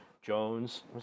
Jones